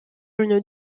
une